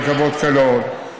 רכבות קלות,